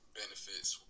benefits